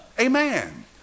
Amen